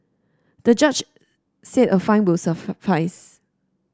the judge said a fine will suffice